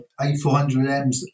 A400Ms